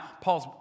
Paul's